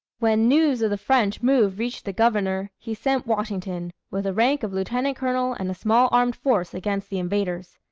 when news of the french move reached the governor, he sent washington, with the rank of lieutenant-colonel, and a small armed force against the invaders.